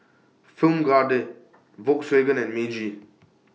Film Grade Volkswagen and Meiji